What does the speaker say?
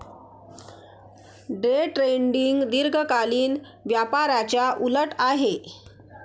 day trading दीर्घकालीन व्यापाराच्या उलट आहे